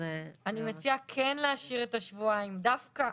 אני מציעה כן להשאיר את השבועיים, דווקא,